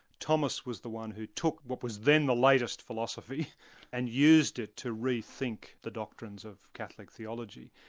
thomas was the one who took what was then the latest philosophy and used it to re-think the doctrines of catholic theology.